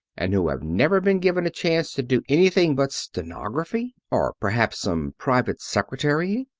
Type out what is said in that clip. and who have never been given a chance to do anything but stenography, or perhaps some private secretarying?